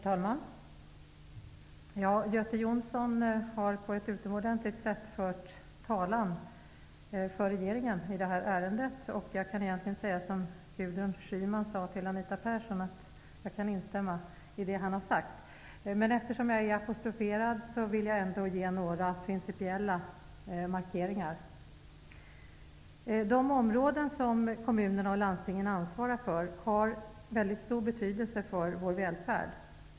Herr talman! Göte Jonsson har på ett utomordentligt sätt fört regeringens talan i det här ärendet. Jag kan egentligen säga som Gudrun Schyman sade till Anita Persson. Jag kan instämma i det han har sagt. Eftersom jag är apostroferad vill jag ändå göra några principiella markeringar. De områden som kommunerna och landstingen ansvarar för har mycket stor betydelse för vår välfärd.